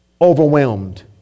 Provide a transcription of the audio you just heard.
overwhelmed